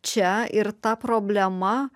čia ir ta problema